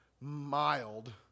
mild